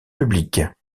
publics